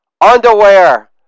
Underwear